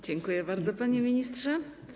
Dziękuję bardzo, panie ministrze.